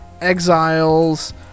Exiles